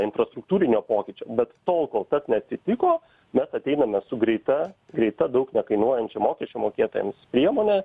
infrastruktūrinio pokyčio bet tol kol kas neatsitiko mes ateiname su greita greita daug nekainuojančia mokesčių mokėtojams priemone